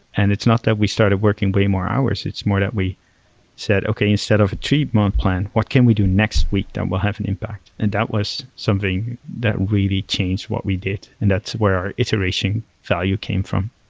and it's not that we started working way more hours. it's more that we said, okay, instead of a two-month plan, what can we do next week that will have an impact? and that was something that really changed what we did, and that's where our iteration value came from.